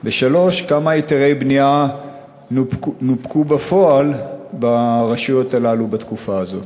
3. כמה היתרי בנייה נופקו בפועל ברשויות הללו בתקופה הזאת?